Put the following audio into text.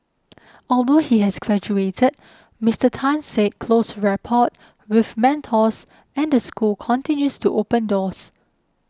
although he has graduated Mister Tan said close rapport with mentors and the school continues to open doors